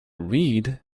read